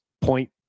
point